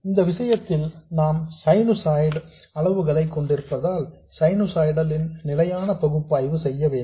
இந்த விஷயத்தில் நாம் சைனுசாய்டு அளவுகளை கொண்டிருப்பதால் சைனுசாய்டல் ன் நிலையான பகுப்பாய்வு செய்ய வேண்டும்